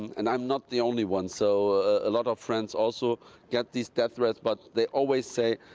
and i'm not the only one. so a lot of friends also get these death threats, but they always say,